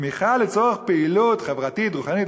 תמיכה לצורך פעילות חברתית רוחנית,